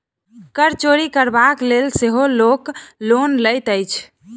कर चोरि करबाक लेल सेहो लोक लोन लैत अछि